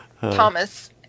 Thomas